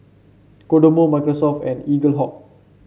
Kodomo Microsoft and Eaglehawk